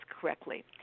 correctly